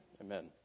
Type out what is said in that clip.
Amen